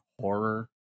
horror